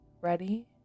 Ready